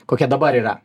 kokie dabar yra